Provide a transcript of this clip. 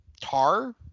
Tar